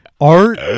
Art